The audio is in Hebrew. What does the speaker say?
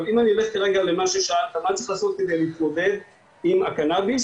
אבל אם אלך רגע למה ששאלת מה צריך לעשות כדי להתמודד עם הקנאביס,